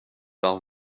par